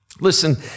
Listen